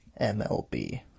MLB